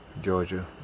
Georgia